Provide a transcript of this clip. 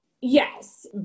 Yes